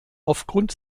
aufgrund